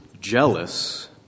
jealous